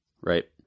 right